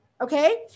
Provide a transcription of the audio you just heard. Okay